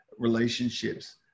relationships